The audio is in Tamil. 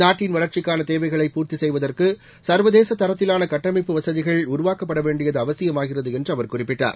நாட்டின் வளர்ச்சிக்கான தேவைகளை பூர்த்தி செய்வதற்கு சர்வதேச தரத்திலான கட்டமைப்பு வசதிகள் உருவாக்கப்பட வேண்டியது அவசியமாகிறது என்று அவர் குறிப்பிட்டார்